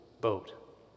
boat